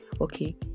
okay